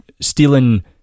stealing